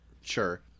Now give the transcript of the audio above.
Sure